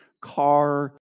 car